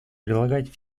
прилагать